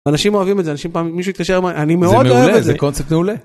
אנשים אוהבים את זה, אנשים פעם... מישהו התקשר, אמר, אני מאוד אוהב את זה. -זה מעולה, זה קונספט מעולה.